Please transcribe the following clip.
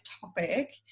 topic